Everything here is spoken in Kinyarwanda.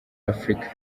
afurika